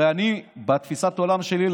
הרי בתפיסת העולם שלי,